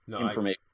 information